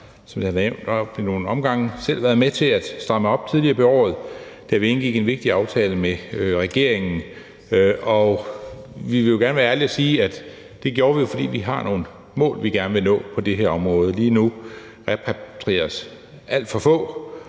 som det har været nævnt ad nogle omgange, selv været med til at stramme op tidligere på året, da vi indgik en vigtig aftale med regeringen. Og vi vil gerne være ærlige og sige, at det gjorde vi, fordi vi har nogle mål på det her område, som vi gerne vil nå. Lige nu repatrieres der alt for få,